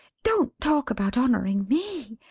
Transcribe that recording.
don't talk about honouring me.